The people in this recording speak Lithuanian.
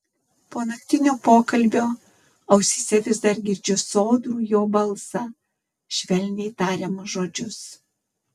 po naktinio pokalbio ausyse vis dar girdžiu sodrų jo balsą švelniai tariamus žodžius